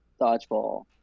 dodgeball